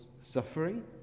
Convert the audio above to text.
suffering